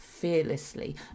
fearlessly